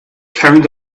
carrying